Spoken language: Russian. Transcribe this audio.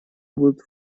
будут